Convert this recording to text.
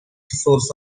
source